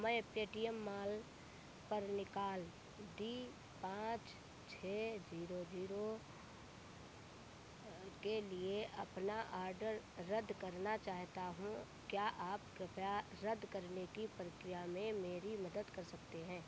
मैं Paytm mall पर निकाल डी पाँच छः जीरो जीरो के लिए अपना आडर रद्द करना चाहता हूँ क्या आप कृपया रद्द करने की प्रक्रिया में मेरी मदद कर सकते हैं